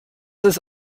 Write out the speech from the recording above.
ist